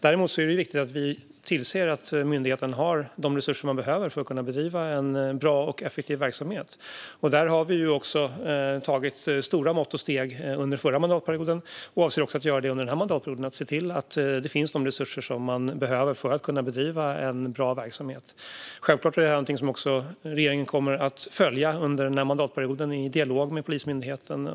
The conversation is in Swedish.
Däremot är det viktigt att vi tillser att myndigheten har de resurser den behöver för att kunna bedriva en bra och effektiv verksamhet. Vi har vidtagit stora mått och steg under den förra mandatperioden och avser att göra det också under den här mandatperioden för att se till att man har de resurser som man behöver för att kunna bedriva en bra verksamhet. Självklart är detta någonting som regeringen kommer att följa under mandatperioden i dialog med Polismyndigheten.